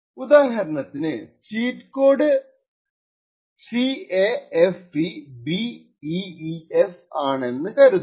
ഉദാഹരണത്തിന് ചീറ്റ് കോഡ്at code 0xCAFEBEEF ആണെന്ന് കരുതുക